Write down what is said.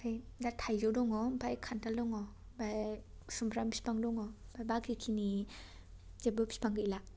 ओमफ्राय दा थाइजौ दङ' ओमफ्राय खान्थाल दङ' ओमफ्राय समफ्राम बिफां दङ' ओमफ्राय बाखिखिनि जेबो बिफां गैला